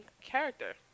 character